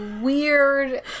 weird